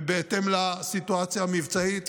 ובהתאם לסיטואציה המבצעית